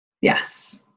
Yes